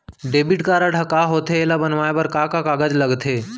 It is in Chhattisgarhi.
डेबिट कारड ह का होथे एला बनवाए बर का का कागज लगथे?